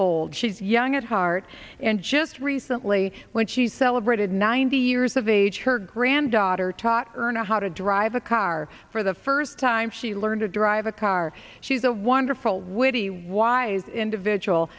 old she's young at heart and just recently when she celebrated ninety years of age her granddaughter taught erna how to drive a car for the first time she learned to drive a car she's a wonderful witty wise individual